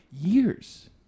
years